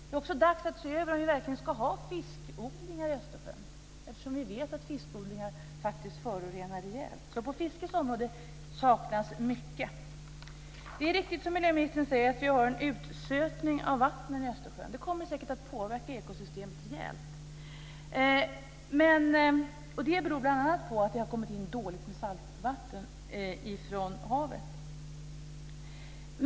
Det är också dags att se över om vi verkligen ska ha fiskodlingar i Östersjön, eftersom vi vet att fiskodlingar faktiskt förorenar rejält. Det är riktigt, som miljöministern säger, att vi har en utsötning av vattnet i Östersjön. Det kommer säkert att påverka ekosystemet rejält. Detta beror bl.a. på att det har kommit in dåligt med saltvatten från havet.